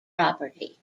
property